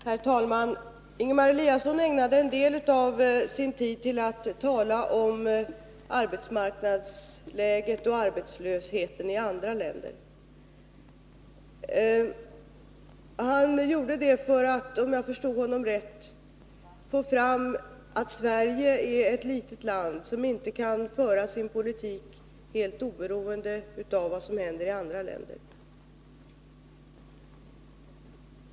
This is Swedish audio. Herr talman! Ingemar Eliasson ägnade en del av sin tid åt att tala om arbetsmarknadsläget och arbetslösheten i andra länder. Han gjorde det, om jag förstod honom rätt, för att få fram att Sverige är ett litet land, som inte kan föra sin politik helt oberoende av vad som händer i andra länder.